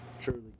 truly